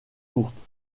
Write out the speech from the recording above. courte